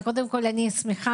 קודם כול,